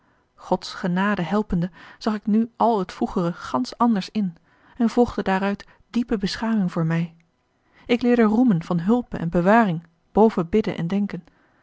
gods genade helpende zag ik nu al het vroegere gansch anders in en volgde daaruit diepe beschaming voor mij ik leerde roemen van hulpe en bewaring boven bidden en denken